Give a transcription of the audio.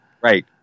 right